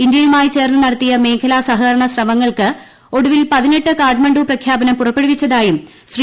ഇന്ത്യയുമായി ചേർന്ന് നടത്തിയ മേഖലാ സഹകരണ ശ്രമങ്ങൾക്ക് ഒടുവിൽ പതിനെട്ടിന കാഠ്മണ്ഡു പ്രഖ്യാപനം പുറപ്പെടുവിച്ചതായും ശ്രീ